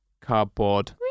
cardboard